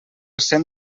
cent